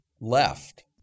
left